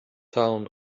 town